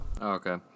Okay